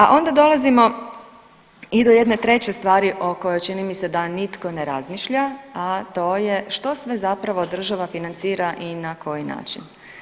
A onda dolazimo i do jedne treće stvari o kojoj čini mi se da nitko ne razmišlja, a to je što sve zapravo država financira i na koji način.